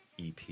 EP